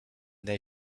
their